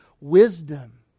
wisdom